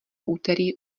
úterý